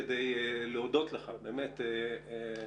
כדי להודות לך על עבודתך.